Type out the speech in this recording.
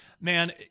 man